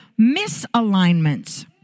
misalignments